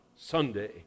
Sunday